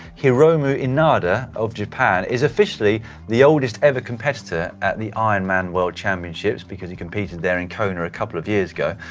hiromu inada of japan is officially the oldest ever competitor at the ironman world championships because he competed there in kona a couple of years ago.